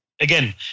again